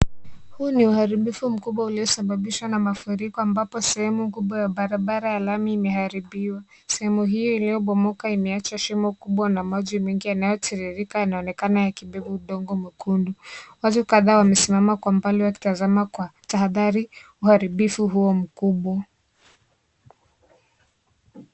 Huu ni uharibifu mkubwa uliosababishwa na mafuriko ambapo sehemu kubwa ya barabara ya lami imeharibiwa. Sehemu hiyo iliyobomoka imeacha shimo kubwa la maji mengi yanayotiririka yanaonekana yakibeba udongo mwekundu. Watu kadhaa wamesimama kwa mbali wakitazama kwa tahadhari uharibifu huo mkubwa.